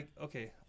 okay